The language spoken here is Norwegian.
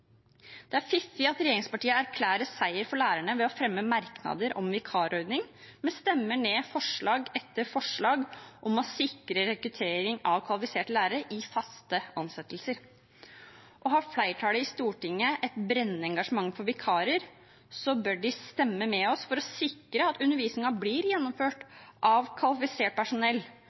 Det er fiffig at regjeringspartiene erklærer seier for lærerne ved å fremme merknader om vikarordning, men stemmer ned forslag etter forslag om å sikre rekruttering av kvalifiserte lærere i faste ansettelser. Og har flertallet i Stortinget et brennende engasjement for vikarer, bør de stemme med oss for å sikre at undervisningen blir gjennomført av kvalifisert personell